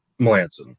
Melanson